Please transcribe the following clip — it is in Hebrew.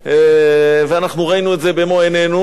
ראינו את זה במו-עינינו.